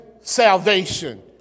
salvation